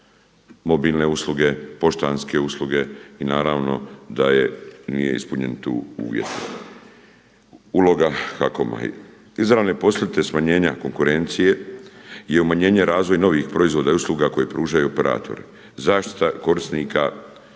mobilne usluge, poštanske usluge i naravno da je, nije ispunjen tu uvjet. Uloga HAKOM-a. Izravne posljedice smanjenja konkurencije i umanjenja i razvoj novih proizvoda i usluga koje pružaju operatori, zaštita korisnika